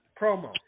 promo